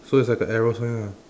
so it's like a arrow sign ah